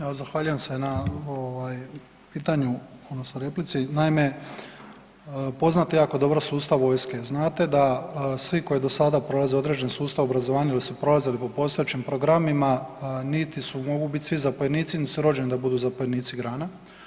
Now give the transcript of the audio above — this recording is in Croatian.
Evo zahvaljujem se na pitanju odnosno replici, naime poznate jako dobro sustav vojske, znate da svi koji do sada prolaze određeni sustav obrazovanja ili su prolazili po postojećim programima, niti su mogu biti svi zapovjednici, niti su rođeni da budu zapovjednici grana.